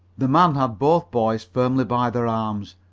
the man had both boys firmly by their arms,